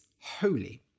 holy